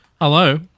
Hello